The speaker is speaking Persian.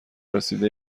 رسیده